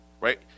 right